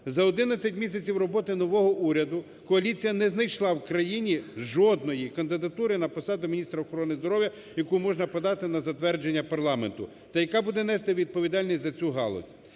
За 11 місяців роботи нового уряду коаліція не знайшла в країні жодної кандидатуру на посаду міністра охорони здоров'я, яку можна подати на затвердження парламенту та яка буде нести відповідальність за цю галузь.